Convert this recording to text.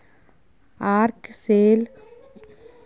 ark shell, cockles, gaper clams मोलेस्काक बहुत रास रुप छै